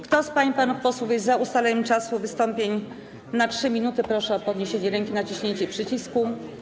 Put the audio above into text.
Kto z pań i panów posłów jest za ustaleniem czasu wystąpień na 3 minuty, proszę o podniesienie ręki i naciśnięcie przycisku.